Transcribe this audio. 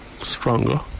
stronger